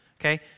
Okay